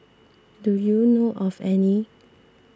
do you know of any